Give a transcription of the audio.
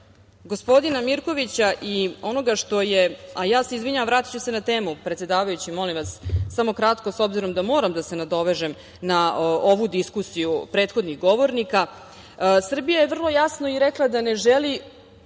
gospodina Mirkovića i onoga što je, a ja se izvinjavam, vratiću se na temu, predsedavajući, molim vas, samo kratko, s obzirom na to da moram da se nadovežem na ovu diskusiju prethodnih govornika. Srbija je vrlo jasno i rekla da ne želi